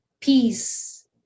peace